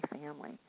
family